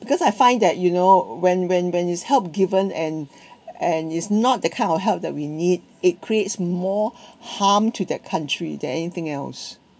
because I find that you know when when when is help given and and it's not the kind of help that we need it creates more harm to their country than anything else